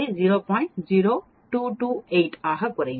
0228 ஆகக் குறையும்